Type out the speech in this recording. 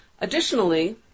Additionally